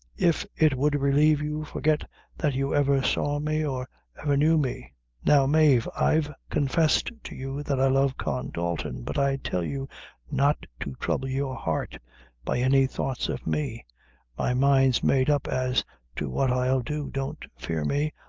if it would relieve you, forget that you ever saw me or ever knew me now, mave, i've confessed to you that i love con dalton but i tell you not to trouble your heart by any thoughts of me my mind's made up as to what i'll do don't fear me,